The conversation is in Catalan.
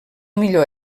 millor